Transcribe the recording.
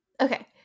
okay